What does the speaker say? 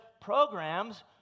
programs